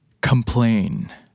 complain